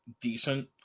decent